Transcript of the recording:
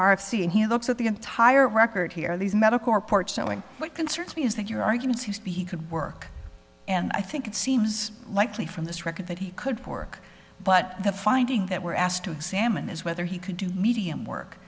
sea and he looks at the entire record here these medical reports showing what concerns me is that your arguments he could work and i think it seems likely from this record that he could work but the finding that we're asked to examine is whether he could do medium work